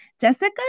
Jessica